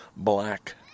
Black